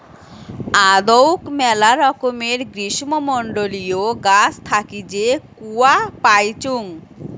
আদৌক মেলা রকমের গ্রীষ্মমন্ডলীয় গাছ থাকি যে কূয়া পাইচুঙ